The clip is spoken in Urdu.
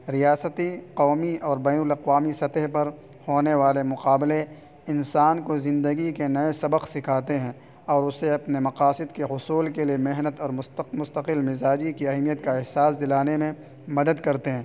ریاستی قومی اور بین الاقوامی سطح پر ہونے والے مقابلے انسان کو زندگی کے نئے سبق سکھاتے ہیں اور اس سے اپنے مقاصد کے حصول کے لیے محنت اور مشتق مستقل مجازی کی اہمیت کا احساس دلانے میں مدد کرتے ہیں